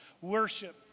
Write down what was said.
Worship